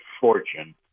fortune